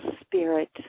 spirit